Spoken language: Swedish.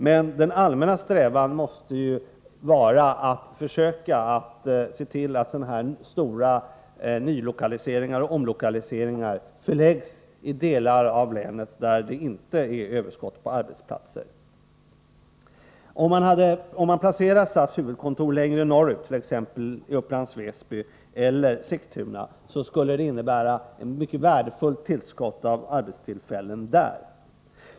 Men vår allmänna strävan måste vara att försöka se till att sådana här stora nylokaliseringar eller omlokaliseringar förläggs till de delar av länet som inte har överskott på arbetsplatser. Placerade man SAS huvudkontor längre norrut, t.ex. i Upplands-Väsby eller Sigtuna, skulle det innebära ett mycket värdefullt tillskott av arbetstillfällen där.